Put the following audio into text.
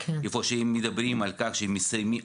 איפה שהם מדברים על כך שהם מסיימים,